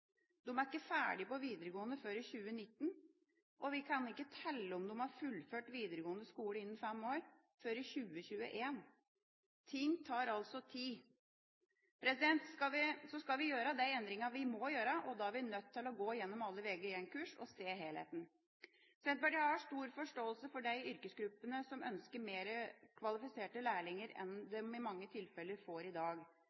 er ikke ferdige på videregående før i 2019, og vi kan ikke telle om de har fullført videregående skole innen fem år, før i 2021. Ting tar altså tid! Så skal vi gjøre de endringer vi må gjøre. Da er vi nødt til å gå gjennom alle Vg1-kurs og se helheten. Senterpartiet har stor forståelse for de yrkesgruppene som ønsker mer kvalifiserte lærlinger enn